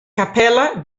capella